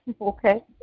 okay